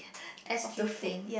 S_Q plane